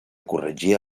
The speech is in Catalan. corregia